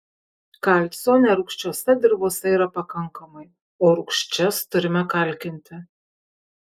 kalcio nerūgščiose dirvose yra pakankamai o rūgščias turime kalkinti